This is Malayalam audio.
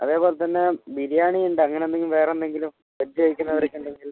അതേപോലത്തന്നെ ബിരിയാണി ഉണ്ടോ അങ്ങനെ എന്തെങ്കിലും വേറെന്തെങ്കിലും സദ്യ കഴിക്കുന്നവരൊക്കെ ഉണ്ടെങ്കിൽ